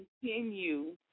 continue